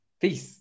Peace